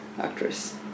actress